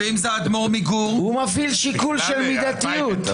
הוא מפעיל שיקול של מידתיות.